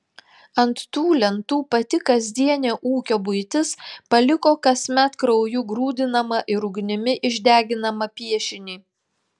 ant tų lentų pati kasdienė ūkio buitis paliko kasmet krauju grūdinamą ir ugnimi išdeginamą piešinį